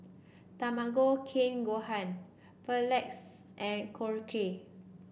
Tamago Kake Gohan Pretzel and Korokke